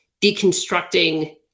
deconstructing